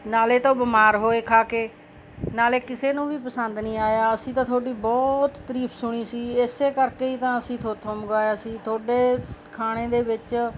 ਨਾਲੇ ਤਾਂ ਬਿਮਾਰ ਹੋਏ ਖਾ ਕੇ ਨਾਲੇ ਕਿਸੇ ਨੂੰ ਵੀ ਪਸੰਦ ਨਹੀਂ ਆਇਆ ਅਸੀਂ ਤਾਂ ਤੁਹਾਡੀ ਬਹੁਤ ਤਰੀਫ਼ ਸੁਣੀ ਸੀ ਇਸੇ ਕਰਕੇ ਹੀ ਤਾਂ ਅਸੀਂ ਤੁਹਾਡੇ ਤੋਂ ਮੰਗਾਇਆ ਸੀ ਤੁਹਾਡੇ ਖਾਣੇ ਦੇ ਵਿੱਚ